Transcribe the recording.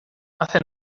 hace